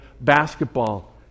basketball